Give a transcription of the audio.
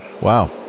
Wow